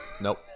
Nope